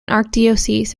archdiocese